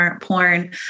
porn